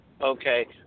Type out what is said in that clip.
okay